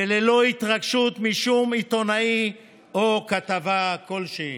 וללא התרגשות משום עיתונאי או כתבה כלשהי.